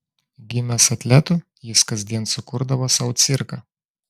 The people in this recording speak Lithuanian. gimęs atletu jis kasdien sukurdavo sau cirką